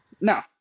No